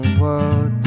world